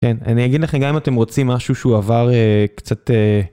כן, אני אגיד לכם גם אם אתם רוצים משהו שהוא עבר קצת...